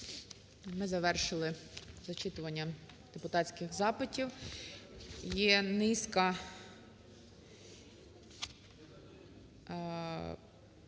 Ми завершили зачитування депутатських запитів. Є низка